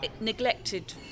neglected